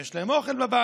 אם יש להם אוכל בבית.